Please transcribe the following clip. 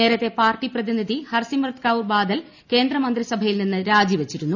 നേരത്തെ പാർട്ടി പ്രതിനിധി ഹർസിമ്രത് കൌർ ബാദൽ കേന്ദ്ര മന്ത്രിസഭയിൽ നിന്ന് രാജിവച്ചിരുന്നു